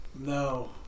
No